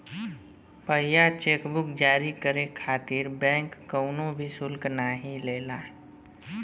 पहिला cheque book जारी करे खातिर बैंक कउनो भी शुल्क नाहीं लेला